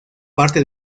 parte